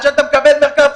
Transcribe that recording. כפי שאמרו החברים,